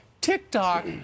TikTok